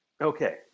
Okay